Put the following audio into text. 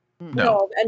No